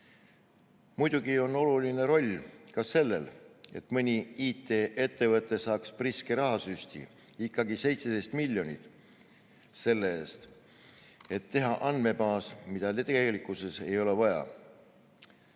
Muidugi on oluline roll ka sellel, et mõni IT‑ettevõte saaks priske rahasüsti, ikkagi 17 miljonit, selle eest, et teha andmebaas, mida tegelikkuses vaja